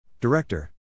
Director